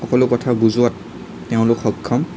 সকলো কথা বুজোৱাত তেওঁলোক সক্ষম